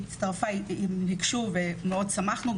ביקשו ומאוד שמחנו,